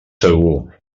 segur